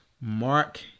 Mark